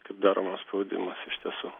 kaip daromas spaudimas iš tiesų